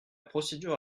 procédure